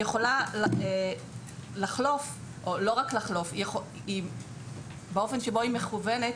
יכולה לחלוף או לא רק לחלוף באופן שבו היא מכוונת,